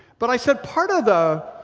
but i said part of the,